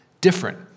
different